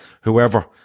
whoever